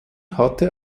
hatte